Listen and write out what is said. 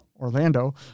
Orlando